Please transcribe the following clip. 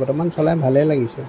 বৰ্তমান চলাই ভালেই লাগিছে